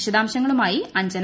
വിശദാംശങ്ങളുമായി അഞ്ജന